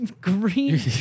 green